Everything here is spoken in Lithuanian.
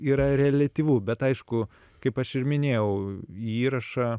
yra reliatyvu bet aišku kaip aš ir minėjau į įrašą